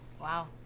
Wow